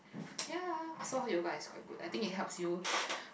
ya so how you guys quite good I think it helps you